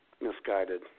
misguided